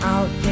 Out